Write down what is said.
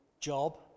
job